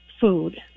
food